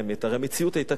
הרי המציאות היתה כזאת,